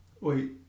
Wait